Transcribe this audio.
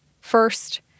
First